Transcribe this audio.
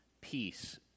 peace